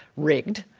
rigged.